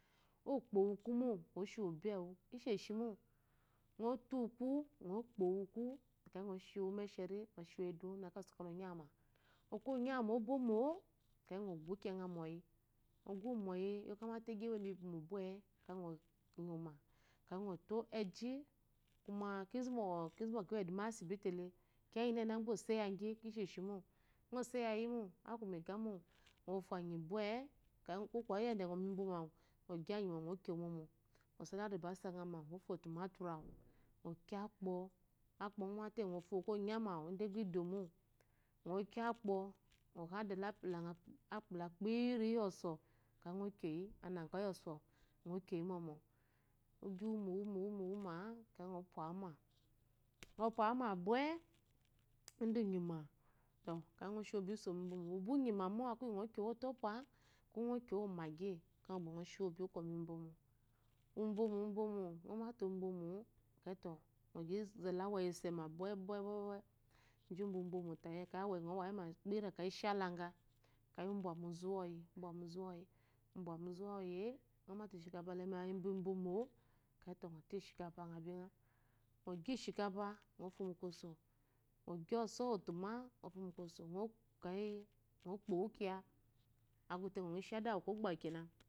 Oshiwobi ewu isheshino ŋotu uku o upowuku akeyi nɔshiwu umsheri ɔshiwú eduwó leso kala anyáwumá ɔka ɔnyawuma ebomo akeyi ŋɔgu wu. mɔyi ewomate agi embi mo bwete akeyi ŋonyiwúmá akeyi ŋɔto ezhi akéyi kinzu mba kewo eduma iyi asibitile akukiya ngina ngina gbá ɔpú ngimolemo ŋɔpungimomo aku me egamo ŋɔfu anyi bwe kokuma kyamate iyi mimbomo awu ŋɔsala aribasa ŋama ŋo kyomotúmáturú ŋo kyo akpo akpo iyi øomata okonya mawu idomomo ŋɔkyo mbula apula iyoso ugi uwúma akeyi ŋɔpwawúma bwe indé unyima akéiyi ŋshiwobi usomiwuma uba unyimamo akéyi ŋɔ kyowu ɔtopwa ko ŋɔ kyowu omagi ŋshiwobi usómimbómo nɔmaté in omo ó akeyi ŋɔzala eweyi esema bwe bwe zhin mbwa imbomo akeyi ishi alanga akeyi umbwanu uzú uwoyi ŋɔmate akeyi umbwamu uzú uwoyi ŋɔmate emiyikile imbomo tete nɔ gyi émiyiki ŋɔfumu kwoso ŋɔ gyi ɔsɔ uwotuma ŋɔ. fumu kwoso akeyi ŋɔkpowukyá